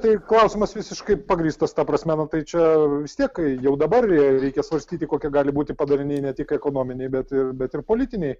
tai klausimas visiškai pagrįstas ta prasme nu tai čia vis tiek jau dabar reikia svarstyti kokie gali būti padariniai ne tik ekonominiai bet ir bet ir politiniai